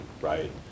right